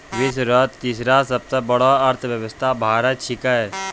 विश्व रो तेसरो सबसे बड़ो अर्थव्यवस्था भारत छिकै